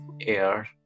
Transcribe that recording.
air